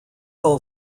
all